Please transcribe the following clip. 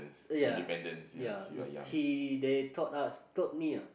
ya ya he he they taught us taught me ah